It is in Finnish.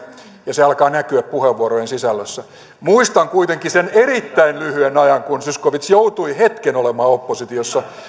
ja se alkaa näkyä puheenvuorojen sisällöissä muistan kuitenkin sen erittäin lyhyen ajan kun zyskowicz joutui hetken olemaan oppositiossa